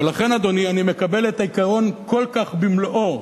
ולכן, אדוני, אני מקבל את העיקרון כל כך במלואו,